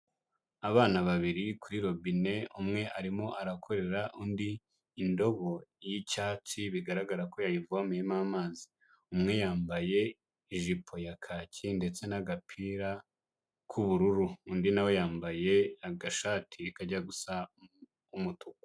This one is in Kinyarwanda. Abana babiri kuri robine, umwe arimo arakorera undi indobo y'icyatsi, bigaragara ko yayivomeyemo amazi, umwe yambaye ijipo ya kaki ndetse n'agapira k'ubururu, undi nawe yambaye agashati kajya gusa umutuku.